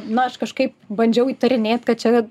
na aš kažkaip bandžiau įtarinėt kad čia